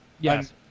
yes